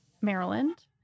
Maryland